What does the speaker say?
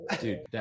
dude